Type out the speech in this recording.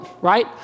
Right